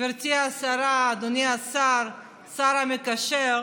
גברתי השרה, אדוני השר המקשר,